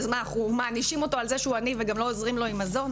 אז מה אנחנו מענישים אותו על זה שהוא עני וגם לא עוזרים לו עם מזון?